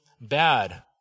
bad